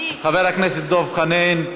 חבר הכנסת דב חנין,